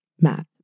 Math